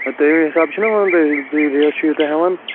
اَدٕ تَمے حِساب چھُنہ وَنُن تۄہہِ تُہۍ ریٹ چھُو یوٗتاہ ہٮ۪وان